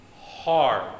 hard